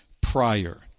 prior